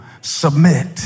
Submit